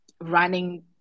running